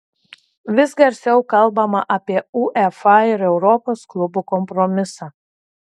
vis garsiau kalbama apie uefa ir europos klubų kompromisą